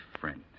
friend